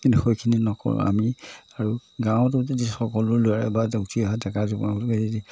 কিন্তু সেইখিনি নকৰোঁ আমি আৰু গাঁৱতো যদি সকলো ল'ৰাই বা উঠি অহা ডেকা যুৱকে